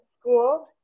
school